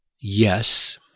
yes